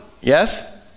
yes